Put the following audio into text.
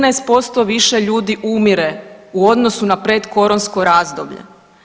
13% više ljudi umire u odnosu na predkoronsko razdoblje.